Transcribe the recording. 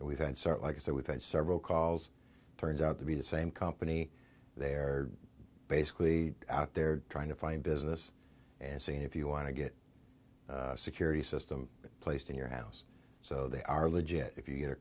we've had sort of like is that we've had several calls turns out to be the same company they're basically out there trying to find business and seeing if you want to get a security system placed in your house so they are legit if you get a